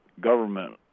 government